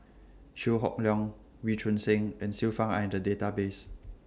Chew Hock Leong Wee Choon Seng and Xiu Fang Are in The Database